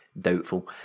Doubtful